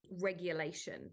regulation